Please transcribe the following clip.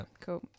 cool